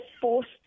forced